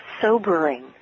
sobering